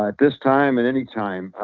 like this time and anytime,